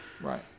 Right